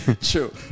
true